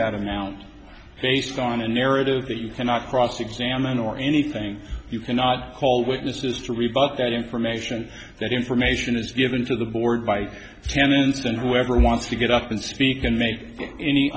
that amount based on a narrative that you cannot cross examine or anything you cannot call witnesses to rebut that information that information is given to the board by tenants and whoever wants to get up and speak and make any